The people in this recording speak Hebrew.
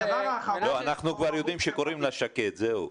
אנחנו כבר יודעים שקוראים לה שקד, זהו.